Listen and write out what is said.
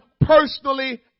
personally